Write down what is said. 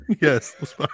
Yes